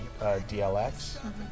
DLX